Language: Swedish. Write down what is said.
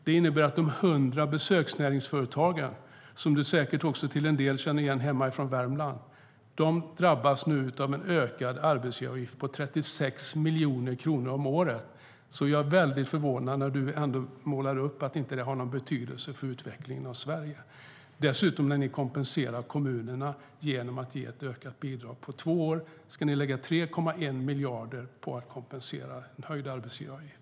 Det innebär att de 100 besöksnäringsföretagen, som Håkan Svenneling säkert till en del känner igen hemifrån Värmland, drabbas av ökad arbetsgivaravgift på 36 miljoner kronor om året. Jag blir mycket förvånad när Håkan Svenneling målar upp att detta inte har någon betydelse för utvecklingen av Sverige. Dessutom kompenserar ni kommunerna genom att ge ett ökat bidrag. På två år ska ni lägga 3,1 miljarder på att kompensera en höjd arbetsgivaravgift.